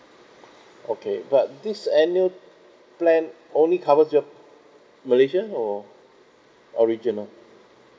okay but this annual plan only covers the malaysia or original